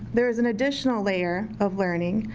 there is an additional layer of learning.